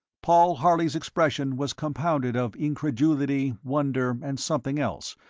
paul harley's expression was compounded of incredulity, wonder, and something else,